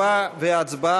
בעד,